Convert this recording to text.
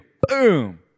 boom